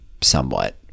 somewhat